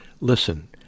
Listen